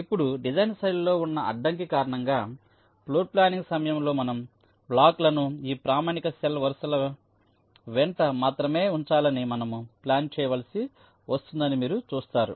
ఇప్పుడు డిజైన్ శైలిలో ఉన్న అడ్డంకి కారణంగా ఫ్లోర్ప్లానింగ్ సమయంలో మన బ్లాక్లను ఈ ప్రామాణిక సెల్ వరుసల వెంట మాత్రమే ఉంచాలని మనము ప్లాన్ చేయవలసి వస్తుందని మీరు చూస్తారు